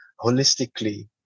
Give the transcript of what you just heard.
holistically